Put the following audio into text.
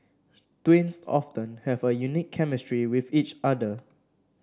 twins often have a unique chemistry with each other